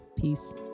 peace